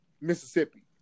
Mississippi